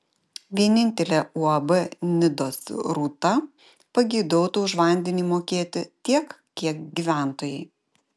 vienintelė uab nidos rūta pageidautų už vandenį mokėti tiek kiek gyventojai